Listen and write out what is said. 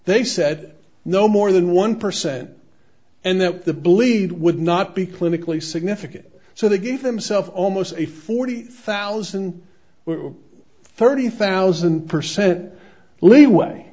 they said no more than one percent and that the bleed would not be clinically significant so they gave themselves almost a forty thousand dollars were thirty thousand percent leeway